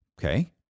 Okay